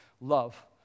love